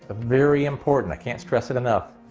ah very important! i can't stress it enough.